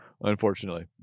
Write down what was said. unfortunately